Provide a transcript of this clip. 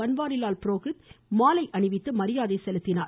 பன்வாரிலால் புரோகித் இன்று மாலை அணிவித்து மரியாதை செலுத்தினார்